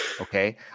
Okay